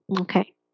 Okay